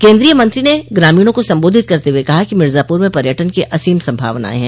केन्द्रीय मंत्री ने ग्रामीणों को सम्बोधित करते हुए कहा कि मिर्जाप्र में पर्यटन की असीम सम्भावनायें हैं